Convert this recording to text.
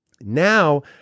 Now